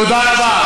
תודה רבה.